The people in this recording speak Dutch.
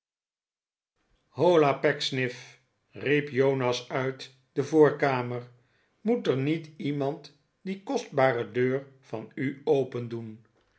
holla pecksniff riep jonas uit de voorkamer moet er niet iemand die kostbare deur van u opendoen